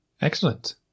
excellent